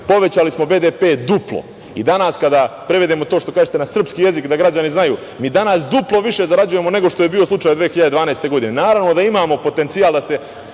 povećali smo BDP duplo i danas kada prevedemo to što kažete na srpski jezik da građani znaju - mi danas duplo više zarađujemo nego što je bio slučaj 2012. godine. Naravno da imamo potencijal da se